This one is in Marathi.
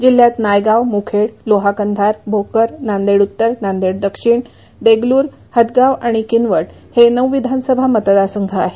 जिल्ह्यात नायगाव मुखेड लोहा कंधार भोकर नांदेड उत्तर नांदेड दक्षिण देगल्र हदगाव आणि किनवट हे नऊ विधानसभा मतदारसंघ आहेत